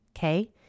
Okay